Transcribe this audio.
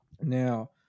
Now